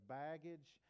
baggage